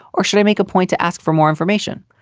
or should i make a point to ask for more information?